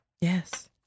Yes